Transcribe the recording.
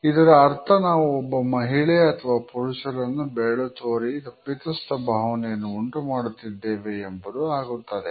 ಇದರ ಅರ್ಥ ನಾವು ಒಬ್ಬ ಮಹಿಳೆ ಅಥವಾ ಪುರುಷರನ್ನು ಬೆರಳು ತೋರಿ ತಪ್ಪಿತಸ್ಥ ಭಾವನೆಯನ್ನು ಉಂಟು ಮಾಡುತ್ತಿದ್ದೇವೆ ಎಂಬುದು ಆಗುತ್ತದೆ